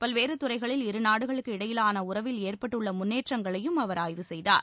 பல்வேறு துறைகளில் இருநாடுகளுக்கு இடையிலான உறவில் ஏற்பட்டுள்ள முன்னேற்றங்களையும் அவர் ஆய்வு செய்தார்